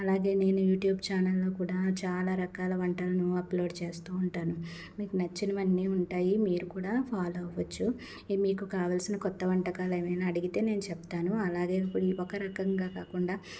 అలాగే నేను యూట్యూబ్ ఛానల్లో కూడా చాలా రకాల వంటలను అప్లోడ్ చేస్తూ ఉంటాను మీకు నచ్చినవన్నీ ఉంటాయి మీరు కూడా ఫాలో అవ్వచ్చు మీకు కావలసిన కొత్త వంటకాలు ఏవైనా అడిగితే నేను చెప్తాను అలాగే ఇంకొక రకంగా కాకుండా